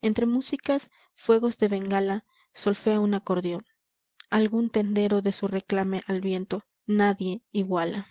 entre músicas fuegos de bengala solfea un acordeón algún tendero da su reclame al viento nadie io uala